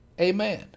Amen